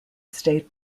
state